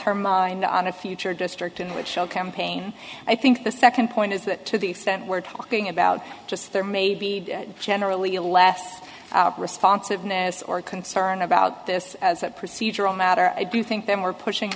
her mind on a future district in which all campaign i think the second point is that to the extent we're talking about just there may be generally a last responsiveness or concern about this as a procedural matter i do think that we're pushing